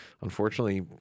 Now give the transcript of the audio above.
unfortunately